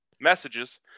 Messages